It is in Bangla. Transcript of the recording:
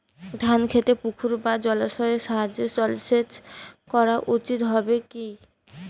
ধান খেতে পুকুর বা জলাশয়ের সাহায্যে জলসেচ করা উচিৎ হবে কি?